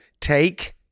Take